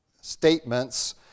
statements